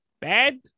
bad